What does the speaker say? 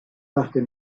parc